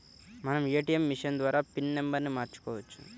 మనం ATM machine ద్వారా pin నెంబర్ను మార్చుకోవచ్చు